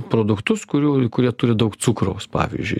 produktus kurių kurie turi daug cukraus pavyzdžiui